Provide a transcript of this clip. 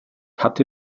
hatte